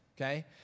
Okay